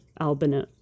albino